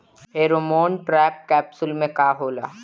Pheromone trap capsule में का होला?